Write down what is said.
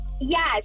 Yes